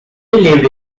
lived